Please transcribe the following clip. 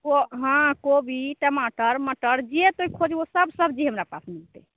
को हँ कोबी टमाटर मटर जे तू खोजबहो से सब सब्जी हमरापास मिलतै